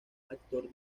actor